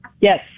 Yes